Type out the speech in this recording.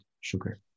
sugar